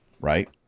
right